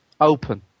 open